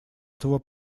этого